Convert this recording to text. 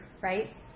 right